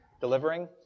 delivering